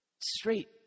straight